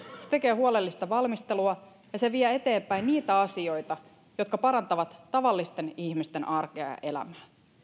se tekee huolellista valmistelua ja se vie eteenpäin niitä asioita jotka parantavat tavallisten ihmisten arkea ja elämää